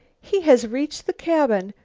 he has reached the cabin!